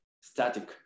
static